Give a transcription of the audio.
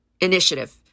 initiative